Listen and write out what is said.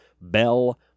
Bell